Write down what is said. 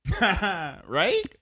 Right